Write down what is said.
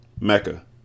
Mecca